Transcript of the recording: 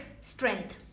strength